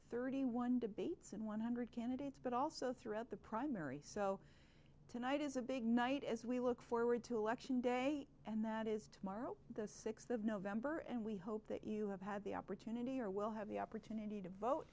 thirty one debates and one hundred candidates but also throughout the primary so tonight is a big night as we look forward to election day and that is tomorrow the sixth of november and we hope that you have had the opportunity or will have the opportunity to vote